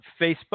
Facebook